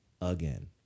again